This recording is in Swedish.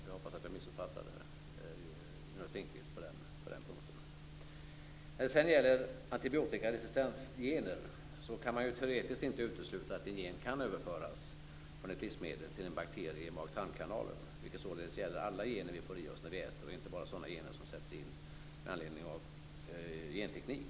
Jag hoppas att jag missuppfattade Jonas Ringqvist på den punkten. När det gäller antibiotikaresistenta gener kan det teoretiskt inte uteslutas att en gen kan överföras från ett livsmedel till en bakterie i mag och tarmkanalen, vilket således gäller alla gener vi får i oss när vi äter, inte bara sådana gener som sätts in med anledning av genteknik.